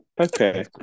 Okay